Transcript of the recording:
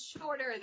shorter